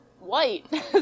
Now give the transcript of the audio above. white